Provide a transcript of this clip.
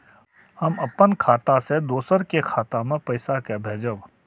हम अपन खाता से दोसर के खाता मे पैसा के भेजब?